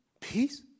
peace